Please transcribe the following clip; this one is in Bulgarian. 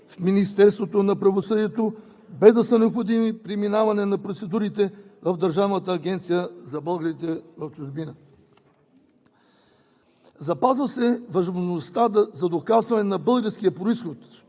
в Министерството на правосъдието, без да е необходимо преминаване на процедурите в Държавната агенция за българите в чужбина. Запазва се възможността за доказване на българския произход